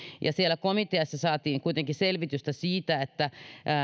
siellä komiteassa saatiin kuitenkin selvitystä siitä että